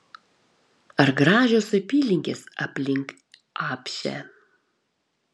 ar gražios apylinkės aplink apšę